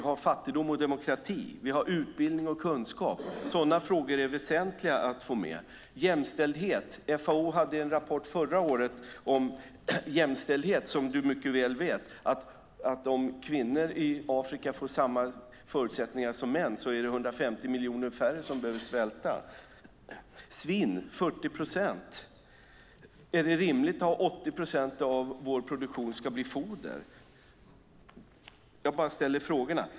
Vi har fattigdom och demokrati. Vi har utbildning och kunskap. Sådana frågor är väsentliga att få med. Det handlar om jämställdhet. FAO hade en rapport om jämställdhet. Du vet mycket väl att om kvinnor i Afrika får samma förutsättningar som män är det 150 miljoner färre som behöver svälta. Det handlar om svinn på 40 procent. Är det rimligt att 80 procent av vår produktion ska bli foder? Jag bara ställer frågorna.